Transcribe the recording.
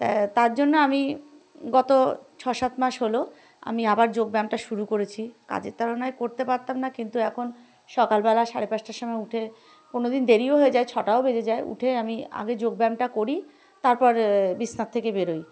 তা তার জন্য আমি গত ছ সাত মাস হলো আমি আবার যোগব্যায়ামটা শুরু করেছি কাজের তুলনায় করতে পারতাম না কিন্তু এখন সকালবেলা সাড়ে পাঁচটার সময় উঠে কোনো দিন দেরিও হয়ে যায় ছটাও বেজে যায় উঠে আমি আগে যোগব্যায়ামটা করি তারপর বিস্নার থেকে বেরোই